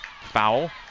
Foul